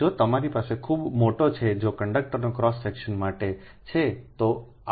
જો તમારી પાસે ખૂબ મોટો છે જો કંડક્ટરનો ક્રોસ સેક્શન મોટો છે તો r la